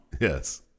Yes